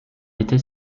était